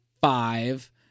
five